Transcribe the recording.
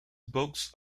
books